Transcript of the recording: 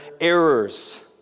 Errors